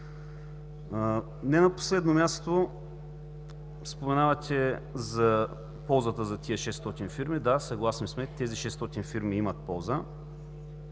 Не на последно място споменавате за ползата за тези 600 фирми. Да, съгласни сме, тези 600 фирми имат полза.